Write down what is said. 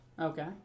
Okay